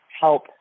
help